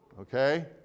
Okay